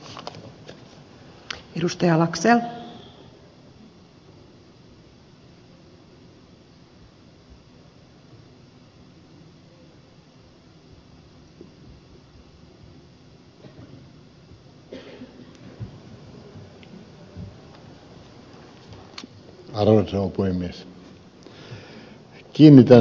arvoisa rouva puhemies